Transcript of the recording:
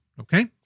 Okay